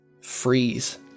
freeze